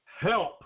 HELP